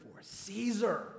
Caesar